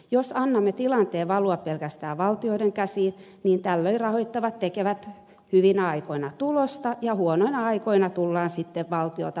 jos annamme tilanteen valua pelkästään valtioiden käsiin niin tällöin rahoittajat tekevät hyvinä aikoina tulosta ja huonoina aikoina tullaan sitten valtiota penäämään apuun